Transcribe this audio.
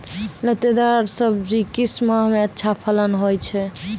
लतेदार दार सब्जी किस माह मे अच्छा फलन होय छै?